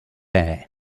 air